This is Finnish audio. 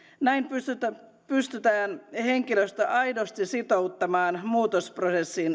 näin pystytään henkilöstö aidosti sitouttamaan muutosprosessin